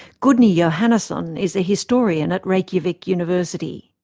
gudni yeah johannesson is a historian at reykjavik university.